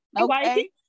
Okay